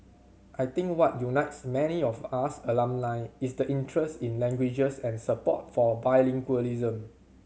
I think what unites many of us alumni is the interest in languages and support for bilingualism